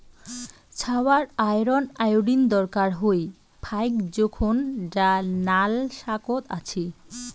ছাওয়ার iron, iodine দরকার হয় ফাইক জোখন যা নাল শাকত আছি